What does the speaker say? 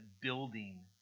building